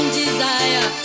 desire